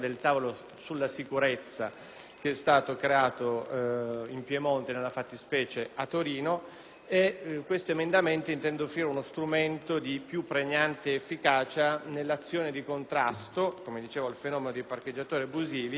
Questo emendamento intende offrire uno strumento di più pregnante efficacia nell'azione di contrasto al fenomeno dei parcheggiatori abusivi, la cui attività è spesso caratterizzata da comportamenti sia aggressivi sia intimidatori,